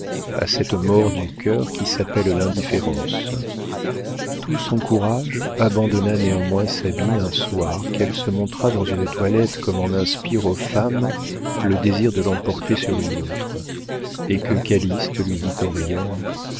à cette mort du cœur qui s'appelle l'indifférence tout son courage abandonna néanmoins sabine un soir qu'elle se montra dans une toilette comme en inspire aux femmes le désir de l'emporter sur une autre et que calyste lui dit en riant